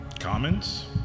comments